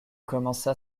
commença